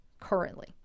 currently